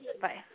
Bye